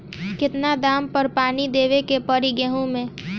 कितना दिन पर पानी देवे के पड़ी गहु में?